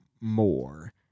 more